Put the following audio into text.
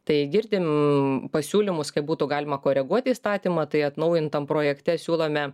tai girdim pasiūlymus kaip būtų galima koreguoti įstatymą tai atnaujintam projekte siūlome